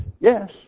Yes